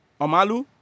Omalu